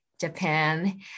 Japan